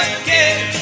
again